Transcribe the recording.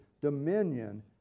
dominion